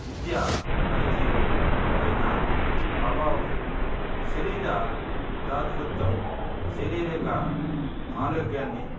విద్య పనితీరు పైన ప్రభావం శరీర దృఢత్వం శారీరక ఆరోగ్యాన్ని